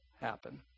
happen